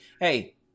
hey